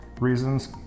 reasons